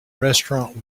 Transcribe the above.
restaurant